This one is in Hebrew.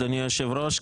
אדוני היושב-ראש,